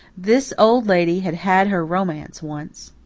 this old lady had had her romance once.